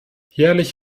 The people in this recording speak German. jährlich